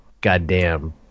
goddamn